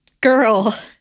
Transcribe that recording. girl